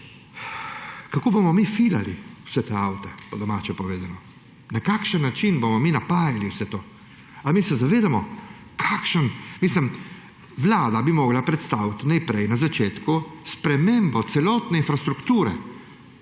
Kako bomo mi filali vse te avte? Po domače povedano. Na kakšen način bomo mi napajali vse to? A mi se zavedamo, kakšen … Mislim, vlada bi morala predstaviti najprej na začetku spremembo celotne infrastrukture